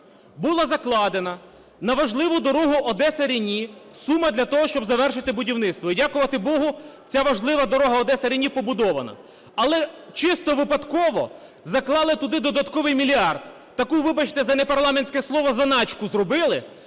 було закладено на важливу дорогу Одеса – Рені суму для того, щоб завершити будівництво. І дякувати Богу, ця важлива дорога Одеса – Рені побудована. Але чисто випадково заклали туди додатковий мільярд. Таку, вибачте за непарламентське слово, заначку зробили